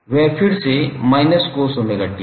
वह फिर से −cos𝜔𝑡 है